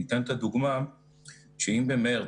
אני אתן את הדוגמה שאם במרס,